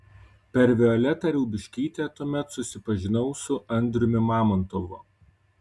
per violetą riaubiškytę tuomet susipažinau su andriumi mamontovu